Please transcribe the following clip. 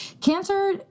cancer